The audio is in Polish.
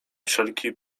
wszelki